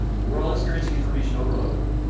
we're all experiencing information overload.